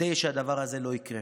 כדי שהדבר הזה לא יקרה.